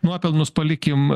nuopelnus palikim